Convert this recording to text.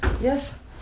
Yes